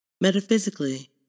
Metaphysically